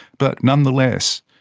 but, nonetheless,